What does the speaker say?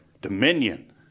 dominion